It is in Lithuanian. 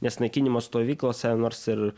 nes naikinimo stovyklose nors ir